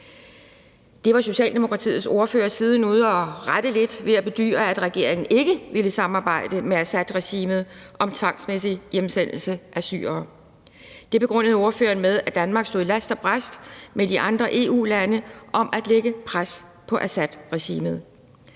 Det var Socialdemokratiets ordfører siden ude at rette lidt ved at bedyre, at regeringen ikke ville samarbejde med Assadregimet om tvangsmæssig hjemsendelse af syrere. Det begrundede ordføreren med, at Danmark stod last og brast med de andre EU-lande om at lægge pres på Assadregimet.